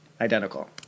identical